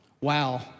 Wow